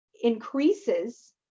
increases